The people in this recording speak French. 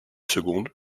secondes